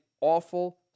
awful